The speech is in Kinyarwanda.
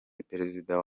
perezida